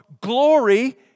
glory